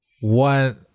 one